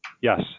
Yes